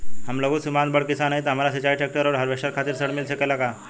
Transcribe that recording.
हम लघु सीमांत बड़ किसान हईं त हमरा सिंचाई ट्रेक्टर और हार्वेस्टर खातिर ऋण मिल सकेला का?